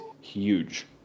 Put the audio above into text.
huge